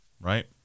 Right